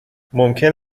ممکن